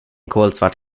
kolsvart